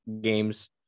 games